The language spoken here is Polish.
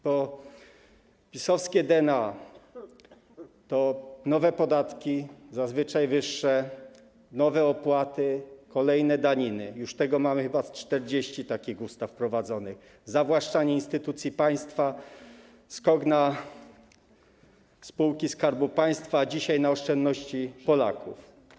PiS-owskie DNA to nowe podatki, zazwyczaj wyższe nowe opłaty, kolejne daniny - już mamy chyba z 40 takich ustaw wprowadzonych - zawłaszczanie instytucji państwa, skok na spółki Skarbu Państwa, a dzisiaj - na oszczędności Polaków.